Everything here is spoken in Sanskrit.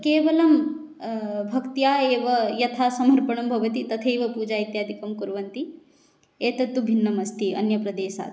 केवलं भक्त्या एव यथा समर्पणं भवति तथैव पूजा इत्यादिकं कुर्वन्ति एतत्तु भिन्नमस्ति अन्यप्रदेशात्